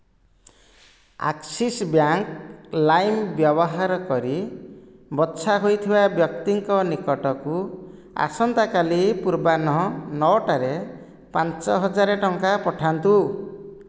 Axis bank ଲାଇମ୍ ବ୍ୟବହାର କରି ବଛା ହୋଇଥିବା ବ୍ୟକ୍ତିଙ୍କ ନିକଟକୁ ଆସନ୍ତାକାଲି ପୂର୍ବାହ୍ନ ନଅଟାରେ ପାଞ୍ଚ ହଜାର ଟଙ୍କା ପଠାନ୍ତୁ